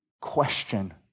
question